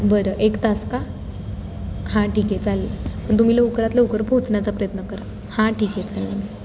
बरं एक तास का हां ठीक आहे चालेल पण तुम्ही लवकरात लवकर पोहोचण्याचा प्रयत्न करा हां ठीक आहे चालेल